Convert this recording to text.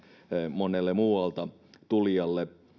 monelle muualta tulijalle